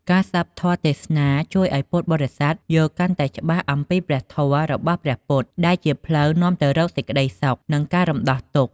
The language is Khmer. ការស្ដាប់ធម៌ទេសនាជួយឱ្យពុទ្ធបរិស័ទយល់កាន់តែច្បាស់អំពីព្រះធម៌របស់ព្រះពុទ្ធ ដែលជាផ្លូវនាំទៅរកសេចក្តីសុខ និងការរំដោះទុក្ខ។